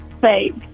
Fake